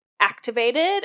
activated